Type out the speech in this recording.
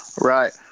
Right